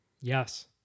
Yes